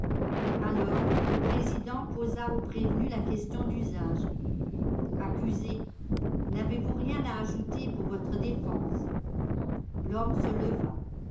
alors le président posa au prévenu la question d'usage accusé n'avez-vous rien à ajouter pour votre défense l'homme se leva